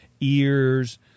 ears